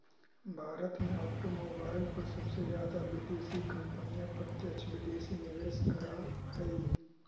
भारत में ऑटोमोबाईल पर सबसे जादा विदेशी कंपनियां प्रत्यक्ष विदेशी निवेश करअ हई